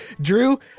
Drew